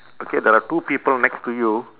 okay there are two people next to you